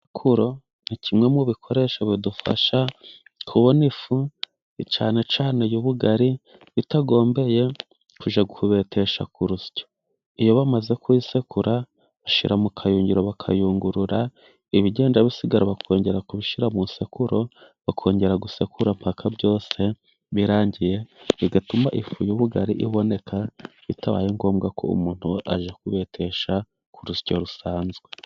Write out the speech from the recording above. Isekuro nka kimwe mu bikoreshasho bidufasha kubona ifu. Cyane cyane ubugari, bitagombye kujya kubetesha ku urusyo. Iyo bamaze kuyisekura, bashyira mu kayuguruzo, bakayungurura ibigenda bisigara bakongera kubishyira mu isekururo bakongera gusekura paka byose birangiye. Bigatuma ifu y'ubugari iboneka bitabaye ngombwa ko umuntu ajya kubetesha ku rusyo rusanzwe.